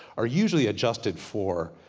are usually adjusted for